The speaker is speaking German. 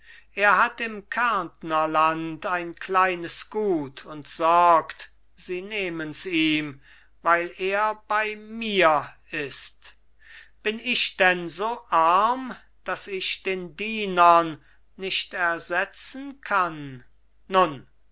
er hat im kärntnerland ein kleines gut und sorgt sie nehmens ihm weil er bei mir ist bin ich denn so arm daß ich den dienern nicht ersetzen kann nun